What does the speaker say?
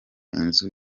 inzu